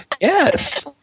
Yes